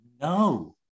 No